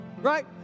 Right